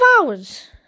hours